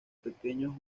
pequeños